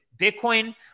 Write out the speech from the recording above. Bitcoin